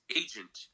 agent